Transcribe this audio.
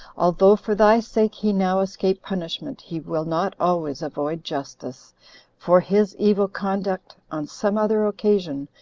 although for thy sake he now escape punishment, he will not always avoid justice for his evil conduct, on some other occasion,